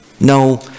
No